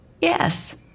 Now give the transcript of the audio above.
Yes